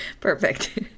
perfect